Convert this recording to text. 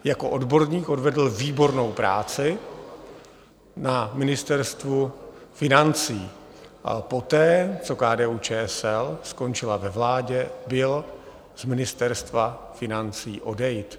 Jako odborník odvedl výbornou práci na Ministerstvu financí a poté, co KDUČSL skončila ve vládě, byl z Ministerstva financí odejit.